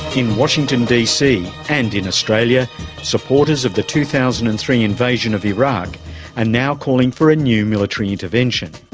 in washington dc and in australia supporters of the two thousand and three invasion of iraq are and now calling for a new military intervention,